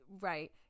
right